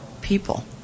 people